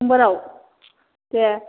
समबाराव दे